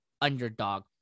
underdog